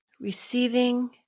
Receiving